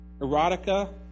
erotica